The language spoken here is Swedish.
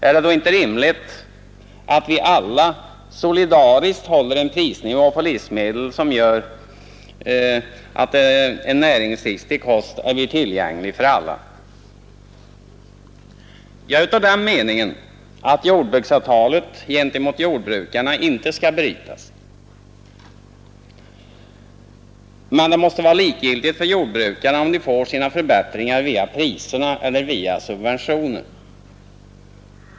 Är det då inte rimligt att vi alla solidariskt håller en prisnivå på livsmedel, som gör att en näringsriktig kost blir tillgänglig för alla? Jag är av den meningen att jordbruksavtalet gentemot jordbrukarna inte skall brytas, men det måste vara likgiltigt för jordbrukaren, om han får sina förbättringar via priserna eller via subventioner.